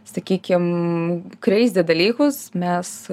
sakykim kreizi dalykus mes